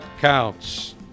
counts